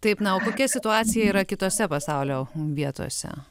taip na o kokia situacija yra kitose pasaulio vietose